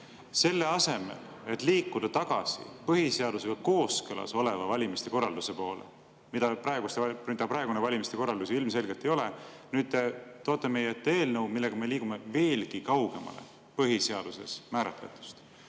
Selle asemel et liikuda tagasi põhiseadusega kooskõlas oleva valimiste korralduse poole, mida praegune valimiste korraldus ilmselgelt ei ole, toote te nüüd meie ette eelnõu, millega me liigume veelgi kaugemale põhiseaduses määratletust.